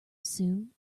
soon